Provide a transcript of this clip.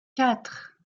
quatre